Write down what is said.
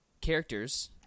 characters